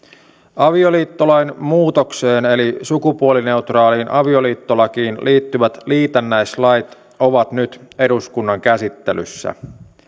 avioliittolain muutokseen eli sukupuolineutraaliin avioliittolakiin liittyvät liitännäislait ovat nyt eduskunnan käsittelyssä